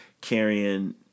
carrying